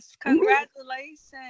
congratulations